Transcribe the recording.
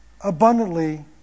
abundantly